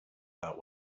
that